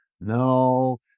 no